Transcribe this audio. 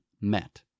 MET